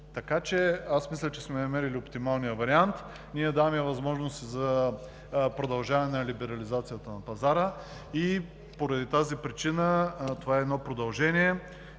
Мисля, че сме намерили оптималния вариант. Ние даваме възможност за продължаване на либерализацията на пазара и поради тази причина това е едно продължение.